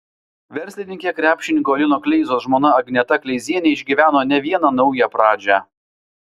verslininkė krepšininko lino kleizos žmona agneta kleizienė išgyveno ne vieną naują pradžią